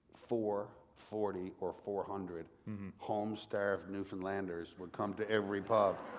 four, forty, or four hundred home-starved newfoundlanders would come to every pub.